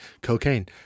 cocaine